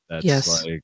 Yes